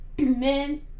men